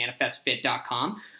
ManifestFit.com